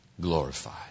glorified